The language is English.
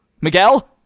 Miguel